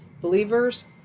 Believers